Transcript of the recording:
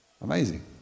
Amazing